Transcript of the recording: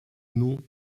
nom